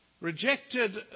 rejected